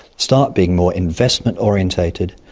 start being more investment oriented,